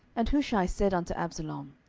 and hushai said unto absalom,